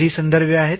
तर ही संदर्भे आहेत